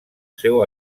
seu